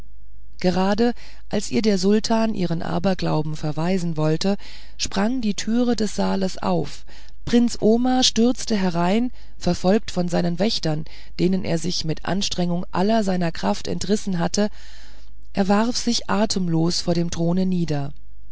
gerade als ihr der sultan ihren aberglauben verweisen wollte sprang die türe des saales auf prinz omar stürzte herein verfolgt von seinen wächtern denen er sich mit anstrengung aller seiner kraft entrissen hatte er warf sich atemlos vor dem throne nieder